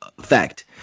Fact